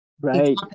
Right